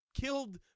Killed